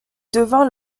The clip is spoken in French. devint